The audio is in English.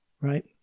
right